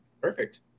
Perfect